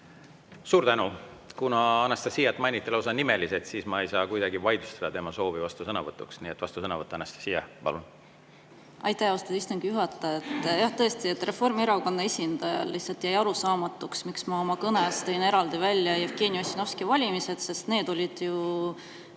Suur tänu! Kuna Anastassiat mainiti lausa nimeliselt, siis ma ei saa kuidagi vaidlustada tema soovi vastusõnavõtuks. Nii et vastusõnavõtt, Anastassia, palun! Aitäh, austatud istungi juhataja! Jah, tõesti, Reformierakonna esindajale lihtsalt jäi arusaamatuks, miks ma oma kõnes tõin eraldi välja Jevgeni Ossinovski valimised, sest need olid ju